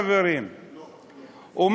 חברים: